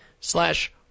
slash